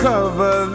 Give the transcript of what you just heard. Cover